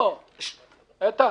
לא, איתן,